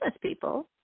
people